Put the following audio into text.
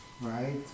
right